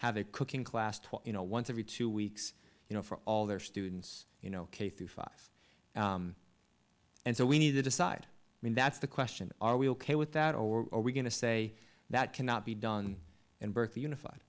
have a cooking class twat you know once every two weeks you know for all their students you know k through five and so we need to decide i mean that's the question are we ok with that or are we going to say that cannot be done and birth the unified